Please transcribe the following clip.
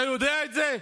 אתה יודע את זה?